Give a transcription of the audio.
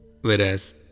whereas